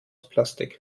plastik